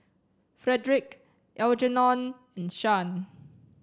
Fredrick Algernon and Shan